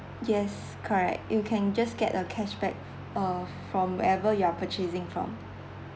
yes correct you can just get a cashback uh from wherever you're purchasing from